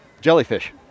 jellyfish